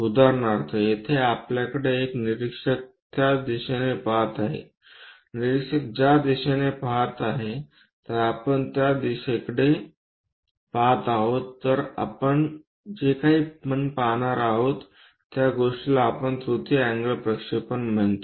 उदाहरणार्थ येथे आपल्याकडे एक निरीक्षक त्याच दिशेने पहात आहे निरीक्षक त्या दिशेने पहात आहे तर आपण त्या दिशेकडे पहात आहोत जर आपण जे काही आपण पाहणार आहोत त्या गोष्टीला आपण तृतीय अँगल प्रक्षेपण म्हणतो